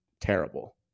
terrible